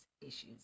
issues